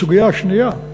הסוגיה השנייה,